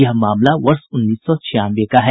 यह मामला वर्ष उन्नीस सौ छियानवे का है